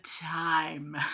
time